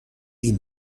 این